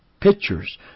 pictures